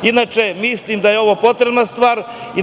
put. Inače, mislim da je ovo potrebna stvar i